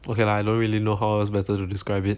okay lah I don't really know how else better to describe it